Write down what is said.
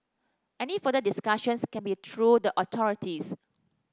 any further discussions can be through the authorities